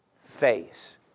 face